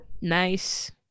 Nice